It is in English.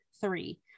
Three